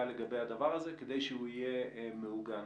לגבי הדבר הזה כדי שהוא יהיה מעוגן.